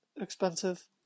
expensive